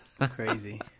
Crazy